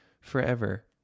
forever